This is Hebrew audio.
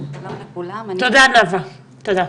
תודה רבה נאוה.